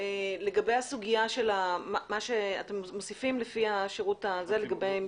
אתם מוסיפים לפי השירות הציבורי.